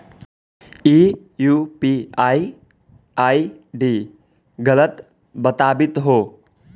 ई UPI ID गलत बताबीत हो